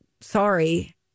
sorry